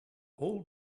all